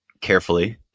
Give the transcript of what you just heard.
carefully